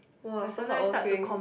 !wah! so hardworking